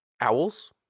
owls